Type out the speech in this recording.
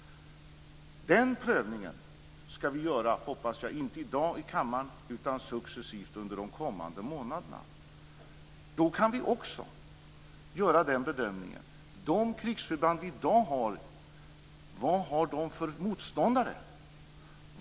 Den prövningen skall vi göra här i kammaren, inte i dag utan successivt under de kommande månaderna. Då kan vi också ta upp och diskutera: De krigsförband som vi i dag har, vad har de för motståndare?